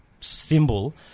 symbol